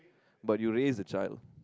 but you raise a child